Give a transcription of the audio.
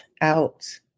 out